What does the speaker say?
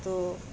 তো